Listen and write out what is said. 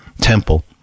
temple